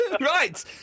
Right